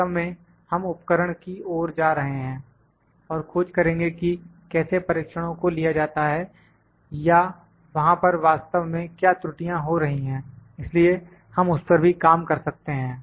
वास्तव में हम उपकरण की ओर जा रहे हैं और खोज करेंगे कि कैसे परीक्षणों को लिया जाता है या वहां पर वास्तव में क्या त्रुटियां हो रही हैं इसलिए हम उस पर भी काम कर सकते हैं